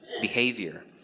behavior